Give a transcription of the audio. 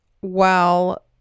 while-